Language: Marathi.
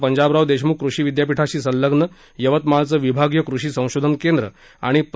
पंजाबराव देशम्ख कृषी विद्यापीठाशी संलग्न यवतमाळचं विभागीय कृषी संशोधन केंद्र आणि प्र